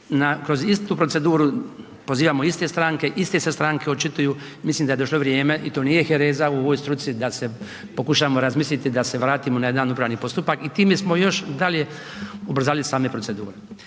kroz istu proceduru pozivamo iste stranke, iste se stranke očituju. Mislim da je došlo vrijeme i to nije hereza u ovoj struci da se pokušamo razmisliti da se vratimo na jedan upravni postupak i time smo još dalje ubrzali same procedure.